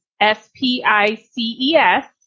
S-P-I-C-E-S